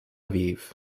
aviv